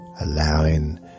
allowing